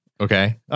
Okay